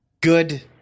good